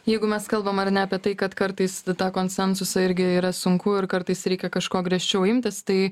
jeigu mes kalbam ar ne apie tai kad kartais tą konsensusą irgi yra sunku ir kartais reikia kažko griežčiau imtis tai